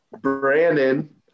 Brandon